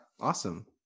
awesome